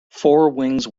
forewings